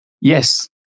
yes